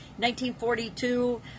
1942